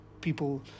people